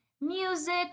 music